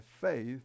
faith